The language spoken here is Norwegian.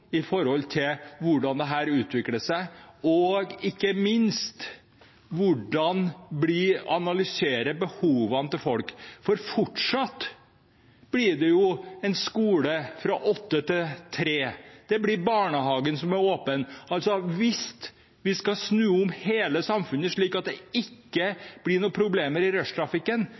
utvikler seg, og ikke minst hvordan det blir når vi analyserer behovene til folk. For det vil fortsatt være skole fra kl. 8 til 15, og barnehagen vil være åpen. Hvis vi skal snu om hele samfunnet slik at det ikke blir noen problemer i